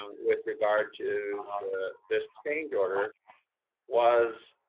with regard to this change order was